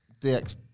DX